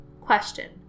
Question